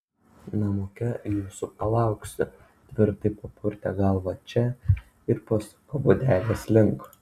namuke jūsų palauksiu tvirtai papurtė galvą če ir pasuko būdelės link